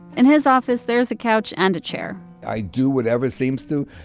and his office, there's a couch and a chair i do whatever seems to,